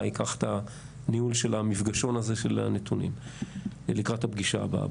ייקח את הניהול של המפגשון הזה של הנתונים לקראת הפגישה הבאה.